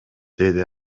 деди